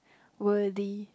worthy